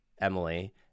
Emily